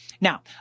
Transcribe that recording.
Now